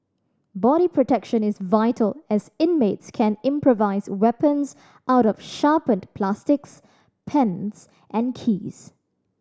body protection is vital as inmates can improvise weapons out of sharpened plastics pens and keys